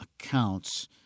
accounts